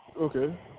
Okay